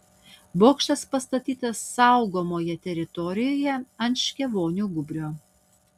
bokštas pastatytas saugomoje teritorijoje ant škėvonių gūbrio